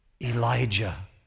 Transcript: Elijah